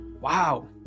Wow